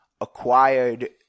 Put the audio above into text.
acquired –